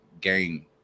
game